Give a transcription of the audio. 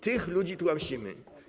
Tych ludzi tłamsimy.